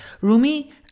Rumi